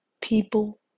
people